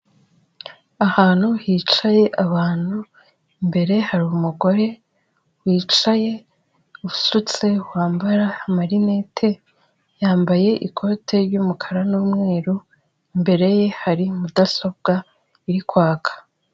Ahantu hicaye abantu, imbere hari umugore wicaye usutse wambara amarinete, yambaye ikote ry,umukara n'umweru, imbere ye hari mudasobwa iri kwaka.